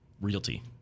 realty